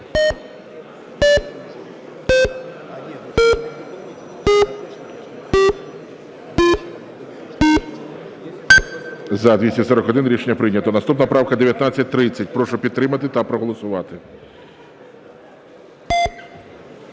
За-241 Рішення прийнято. Наступна правка 1930. Прошу підтримати та проголосувати.